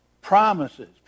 Promises